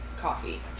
coffee